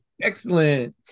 Excellent